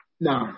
No